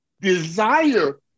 desire